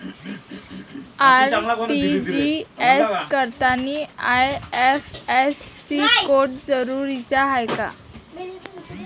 RTGS करतांनी IFSC code जरुरीचा हाय का?